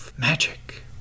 magic